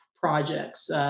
projects